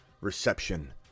reception